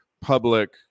public